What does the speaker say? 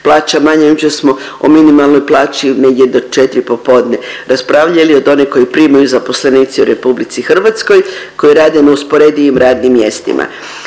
plaća manja, jučer smo o minimalnoj plaći negdje do 4 popodne raspravljali od one koju primaju zaposlenici u RH koji rade na usporedivim radnim mjestima.